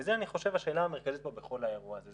וזה אני חושב השאלה המרכזית פה בכל האירוע הזה,